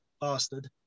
bastard